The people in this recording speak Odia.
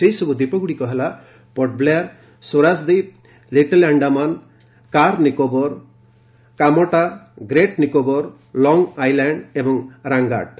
ସେହିସବୁ ଦ୍ୱୀପଗୁଡ଼ିକ ହେଲା Port Blair Swaraj Dweep little Andaman Car Nicobar Kamorta great Nicobar long island ଏବଂ ରାଙ୍ଗାଟ୍